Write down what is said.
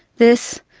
this,